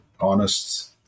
honest